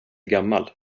gammal